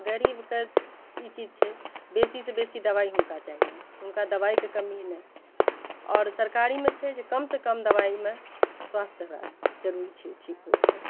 गरीबके ई चीज छै बेसीसँ बेसी दवाइ हुनका चाहियैन हुनका दवाइके कमी नहि आओर सरकारीमे छै जे कमसँ कम दवाइमे स्वास्थ्य लाभ जरूरी छै ठीक होइके